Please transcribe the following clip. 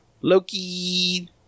Loki